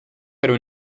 pero